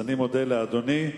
אני מודה לאדוני.